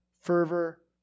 fervor